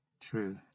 true